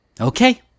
Okay